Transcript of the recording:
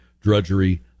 drudgery